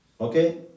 Okay